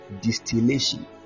Distillation